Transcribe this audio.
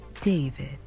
David